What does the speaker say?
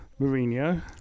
Mourinho